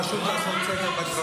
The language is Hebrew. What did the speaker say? פשוט אני רוצה להתייחס לדברים,